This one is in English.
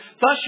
Thus